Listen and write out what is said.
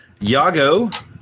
yago